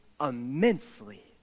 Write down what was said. immensely